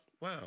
wow